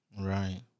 Right